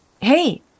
Hey